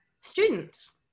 students